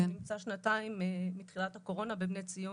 הוא נמצא שנתיים, מתחילת הקורונה, ב- "בני ציון".